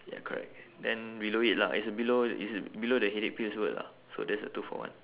ya correct then below it lah it's below it's below the headache pills word lah so that's the two for one